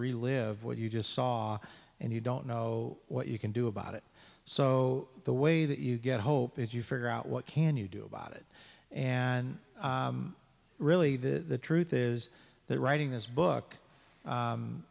relive what you just saw and you don't know what you can do about it so the way that you get hope is you figure out what can you do about it and really the truth is that writing this book